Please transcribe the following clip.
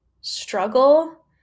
struggle